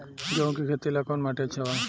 गेहूं के खेती ला कौन माटी अच्छा बा?